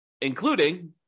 including